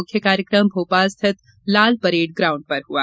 मुख्य कार्यक्रम भोपाल स्थित लाल परेड़ ग्राउण्ड में हुआ